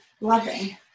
loving